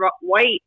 white